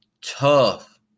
Tough